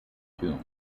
tomb